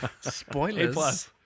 Spoilers